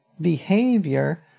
behavior